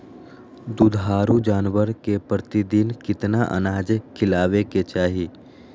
दुधारू जानवर के प्रतिदिन कितना अनाज खिलावे के चाही?